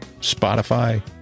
spotify